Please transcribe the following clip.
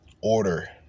order